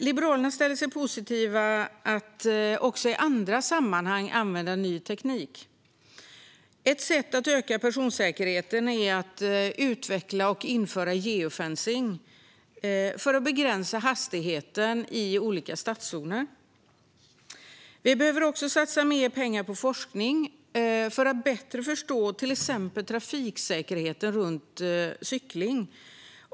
Liberalerna ställer sig positiva till att också i andra sammanhang använda ny teknik. Ett sätt att öka personsäkerheten är att utveckla och införa geofencing för att begränsa hastigheten i olika stadszoner. Vi behöver också satsa mer pengar på forskning för att bättre förstå till exempel trafiksäkerheten runt cykling.